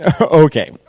Okay